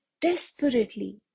desperately